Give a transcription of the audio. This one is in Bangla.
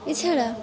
এছাড়া